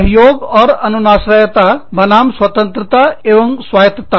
सहयोग और अन्योन्याश्रयता बनाम स्वतंत्रता एवं स्वायत्तता